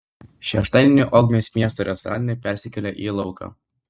šeštadienį ogmios miesto restoranai persikėlė į lauką